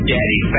Daddy